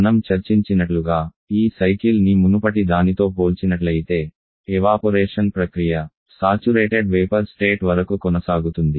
మనం చర్చించినట్లుగా ఈ సైకిల్ ని మునుపటి దానితో పోల్చినట్లయితే ఎవాపొరేషన్ ప్రక్రియ సాచురేటెడ్ వేపర్ స్థితి వరకు కొనసాగుతుంది